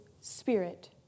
Spirit